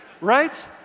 Right